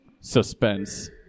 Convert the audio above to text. Suspense